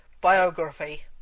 biography